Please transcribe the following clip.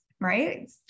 right